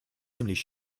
ziemlich